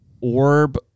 orb